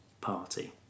party